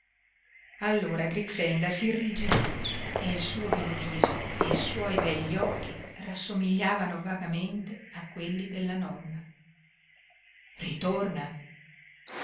ritorna allora grixenda s'irrigidí e il suo bel viso e i suoi begli occhi rassomigliavano vagamente a quelli della nonna ritorna